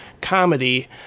comedy